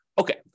Okay